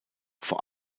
vor